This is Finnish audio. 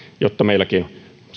jotta meilläkin